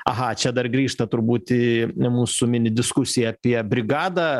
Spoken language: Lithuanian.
aha čia dar grįžta turbūt į mūsų mini diskusiją apie brigadą